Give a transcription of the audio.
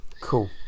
Cool